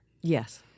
Yes